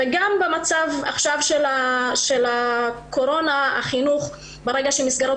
וגם במצב עכשיו של הקורונה ברגע שמסגרות